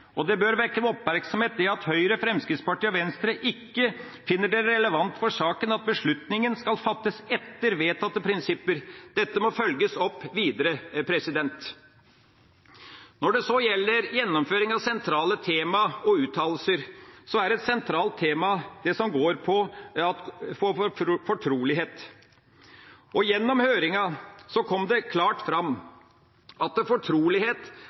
2006. Det bør vekke oppmerksomhet at Høyre, Fremskrittspartiet og Venstre ikke finner det relevant for saken at beslutninga skal fattes etter vedtatte prinsipper. Dette må følges opp videre. Når det så gjelder gjennomføring av sentrale tema og uttalelser, er ett sentralt tema det som går på fortrolighet. Gjennom høringa kom det klart fram at fortrolighet